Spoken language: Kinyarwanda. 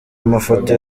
amafoto